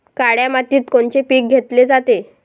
काळ्या मातीत कोनचे पिकं घेतले जाते?